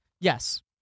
Yes